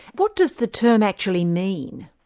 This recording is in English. what does the term actually mean?